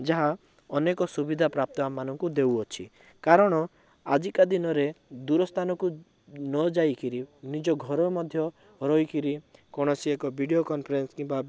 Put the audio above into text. ଯାହା ଅନେକ ସୁବିଧା ପ୍ରାପ୍ତ ଆମ ମାନଙ୍କୁ ଦେଉଅଛି କାରଣ ଆଜିକା ଦିନରେ ଦୂର ସ୍ଥାନକୁ ନଯାଇକରି ନିଜ ଘରେ ମଧ୍ୟ ରହିକରି କୌଣସି ଏକ ଭିଡ଼ିଓ କନଫରେନସ୍ କିମ୍ବା